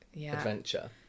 adventure